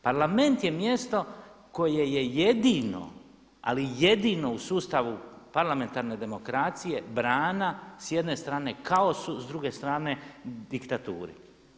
Parlament je mjesto koje je jedino ali jedino u sustavu parlamentarne demokracije brana s jedne strane kaosu, s druge strane diktaturi.